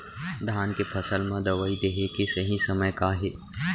धान के फसल मा दवई देहे के सही समय का हे?